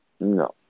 No